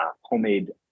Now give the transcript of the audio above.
homemade